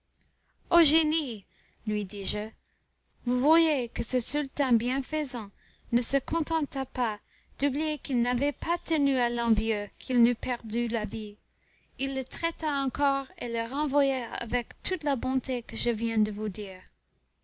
ô génie lui dis-je vous voyez que ce sultan bienfaisant ne se contenta pas d'oublier qu'il n'avait pas tenu à l'envieux qu'il n'eût perdu la vie il le traita encore et le renvoya avec toute la bonté que je viens de vous dire